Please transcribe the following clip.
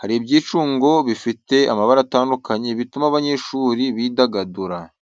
hari ibyicungo bifite amabara atandukanye bituma abanyeshuri bidagadura.